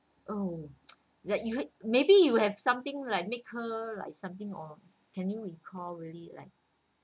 oh like you have maybe you have something like make her like something or can you recall really like